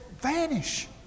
vanish